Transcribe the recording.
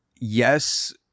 yes